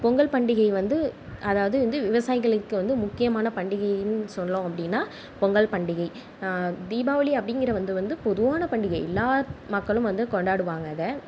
பொங்கல் பண்டிகை வந்து அதாவது வந்து விவசாயிகளுக்கு வந்து முக்கியமான பண்டிகைன்னு சொன்னோம் அப்படினா பொங்கல் பண்டிகை தீபாவளி அப்படிங்குறது வந்து பொதுவான பண்டிகை எல்லா மக்களும் வந்து கொண்டாடுவாங்க அதை